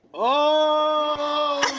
oh,